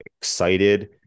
excited